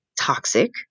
toxic